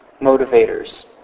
motivators